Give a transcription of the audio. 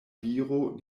viro